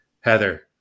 Heather